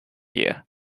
year